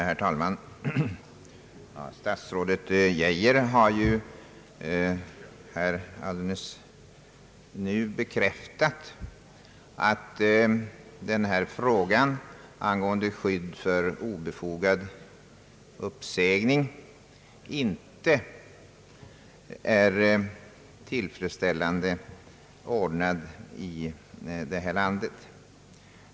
Herr talman! Statsrådet Geijer har alldeles nyss bekräftat, att frågan om skydd mot obefogad uppsägning inte är tillfredsställande ordnad i detta land.